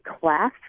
class